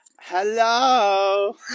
Hello